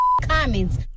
comments